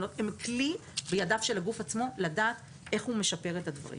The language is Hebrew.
והן כלי בידיו של הגוף עצמו לדעת איך הוא משפר את הדברים.